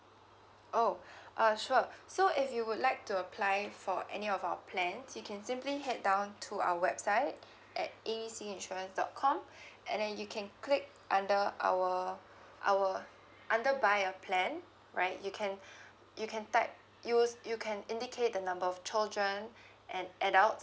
oh uh sure so if you would like to apply for any of our plans you can simply head down to our website at A B C insurance dot com and then you can click under our our under buy a plan right you can you can type use you can indicate the number of children and adults